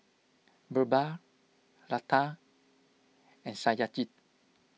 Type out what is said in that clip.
Birbal Lata and Satyajit